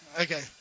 Okay